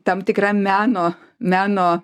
tam tikra meno meno